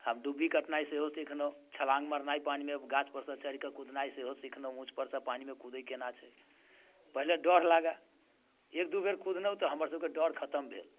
हम डुब्बी कटनाइ सेहो सिखलहुँ छलाङ्ग मारनाइ पानिमे गाछ परसँ चढ़िके कुदनाइ सेहो सिखलहुँ ऊँच पर से पानिमे कुदैत केना छै पहिले डर लागै एक दू बेर कुदलहुँ तऽ हमर सभके डर खतम भेल